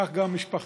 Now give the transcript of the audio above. כך גם משפחתי.